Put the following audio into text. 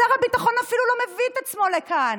שר הביטחון אפילו לא מביא את עצמו לכאן.